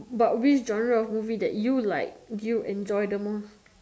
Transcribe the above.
but which genre of movie that you like you enjoy the most